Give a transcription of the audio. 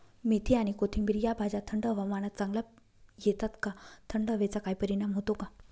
मेथी आणि कोथिंबिर या भाज्या थंड हवामानात चांगल्या येतात का? थंड हवेचा काही परिणाम होतो का?